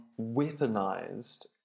weaponized